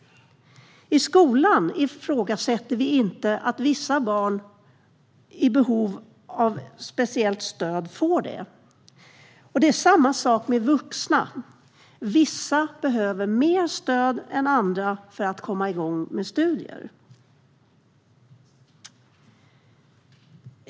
I skolan ifrågasätter vi inte att vissa barn som har behov av speciellt stöd får det. Det är samma sak med vuxna: Vissa behöver mer stöd än andra för att komma igång med studier.